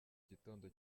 gitondo